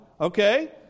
okay